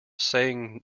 saying